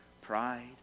Pride